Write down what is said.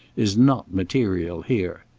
is not material here.